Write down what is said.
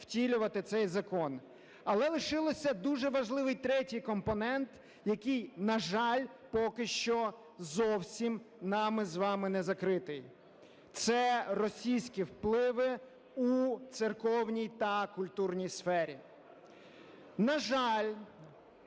втілювати цей закон. Але лишився дуже важливий третій компонент, який, на жаль, поки що зовсім нами з вами не закритий. Це російські впливи у церковній та культурній сфері. На жаль,